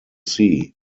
sea